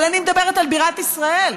אבל אני מדברת על בירת ישראל.